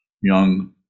young